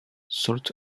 salt